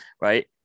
right